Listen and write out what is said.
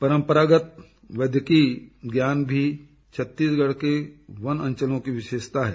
परम्परागत वैद्यकीय ज्ञान भी छत्तीसगढ़ के वन अंचलों की विशेषता है